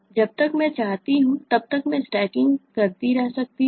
जब तक मैं चाहता हूं तब तक स्टैकिंग करता रह सकता हूं